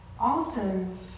Often